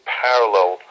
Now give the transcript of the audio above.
parallel